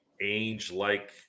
age-like